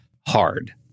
hard